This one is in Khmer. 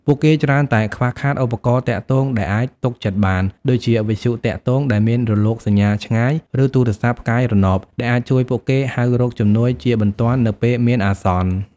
ពួកគេច្រើនតែខ្វះខាត ឧបករណ៍ទាក់ទង ដែលអាចទុកចិត្តបាន ដូចជាវិទ្យុទាក់ទងដែលមានរលកសញ្ញាឆ្ងាយ ឬទូរស័ព្ទផ្កាយរណប ដែលអាចជួយពួកគេហៅរកជំនួយជាបន្ទាន់នៅពេលមានអាសន្ន។